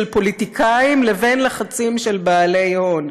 פוליטיקאים לבין לחצים של בעלי הון,